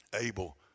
Abel